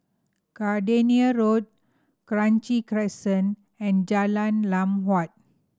Gardenia Road Kranji Crescent and Jalan Lam Huat